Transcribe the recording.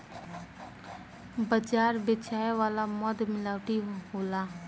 बाजार बेचाए वाला मध मिलावटी होला